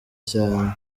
cyane